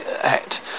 Act